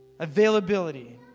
availability